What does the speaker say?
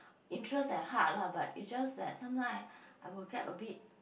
interest at heart lah but is just that sometime I'll get a bit